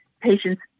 patients